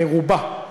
ברובה,